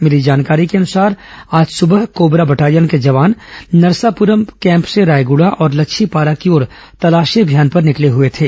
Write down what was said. मिली जानकारी के अनुसार आज सुबह कोबरा बटालियन के जवान नरसापूरम कैम्प से रायगुड़ा और लच्छी पारा की ओर तलाशी अभियान पर निकले हुए थे